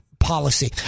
Policy